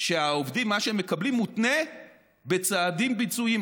שהעובדים, מה שהם מקבלים מותנה בצעדים ביצועיים.